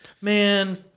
Man